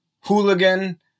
hooligan